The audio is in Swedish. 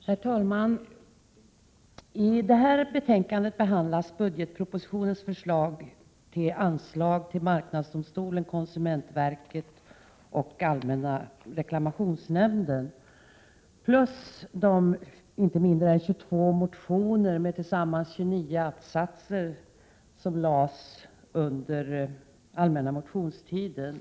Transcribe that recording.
Herr talman! I detta betänkande behandlas budgetpropositionens förslag 20 maj 1988 till anslag till marknadsdomstolen, konsumentverket och allmänna reklamationsnämnden plus de inte mindre än 22 motioner, med tillsammans 29 att-satser, som väcktes under den allmänna motionstiden.